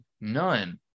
none